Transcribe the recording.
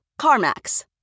CarMax